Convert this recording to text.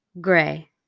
Gray